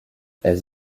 elles